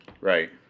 Right